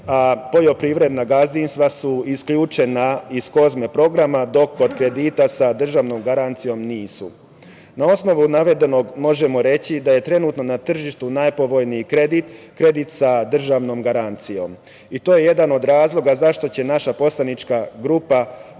a poljoprivredna gazdinstva su isključena iz KOZME programa, dok kod kredita sa državnom garancijom nisu. Na osnovu navedenog možemo reći da je trenutno na tržištu najpovoljniji kredit, kredit sa državnom garancijom i to je jedan od razloga zašto će naša poslanička grupa